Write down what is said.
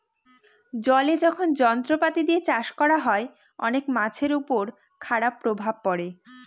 জলে যখন যন্ত্রপাতি দিয়ে চাষ করা হয়, অনেক মাছের উপর খারাপ প্রভাব পড়ে